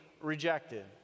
rejected